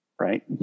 right